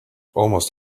almost